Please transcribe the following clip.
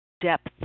depth